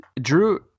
Drew